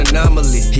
Anomaly